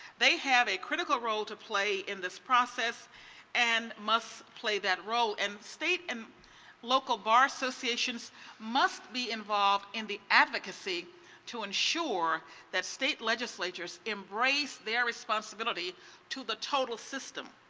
they have a critical role to play in this process and must play that role. and state and local bar associations must be involved in the advocacy to ensure that state legislatures embrace the responsibility to the total system.